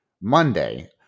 Monday